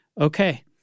okay